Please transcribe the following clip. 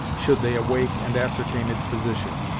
should they awake and ascertain its position.